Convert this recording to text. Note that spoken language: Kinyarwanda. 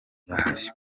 bahari